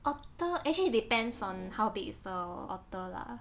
otter actually it depends on how big is the otter lah